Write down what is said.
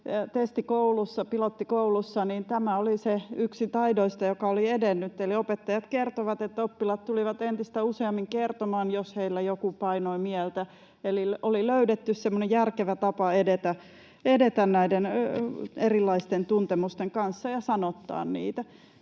testikoulussa, pilottikoulussa, yksi niistä taidoista, jotka olivat edenneet. Eli opettajat kertoivat, että oppilaat tulivat entistä useammin kertomaan, jos heillä joku painoi mieltä. Eli oli löydetty semmoinen järkevä tapa edetä näiden erilaisten tuntemusten kanssa ja sanoittaa niitä.